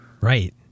Right